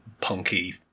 punky